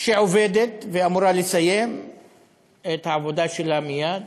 שעובדת ואמורה לסיים את העבודה שלה מייד.